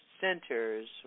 centers